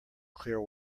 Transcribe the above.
clear